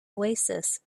oasis